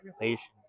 relations